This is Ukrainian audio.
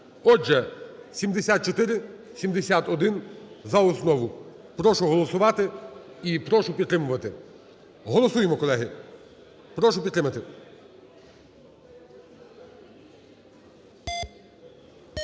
Отже, 7471 – за основу, прошу голосувати і прошу підтримувати. Голосуємо, колеги, прошу підтримати.